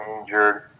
injured